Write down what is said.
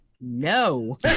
no